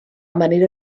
manera